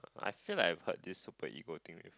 I feel like I've heard this super ego thing